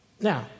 Now